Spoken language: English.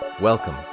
Welcome